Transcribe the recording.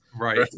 right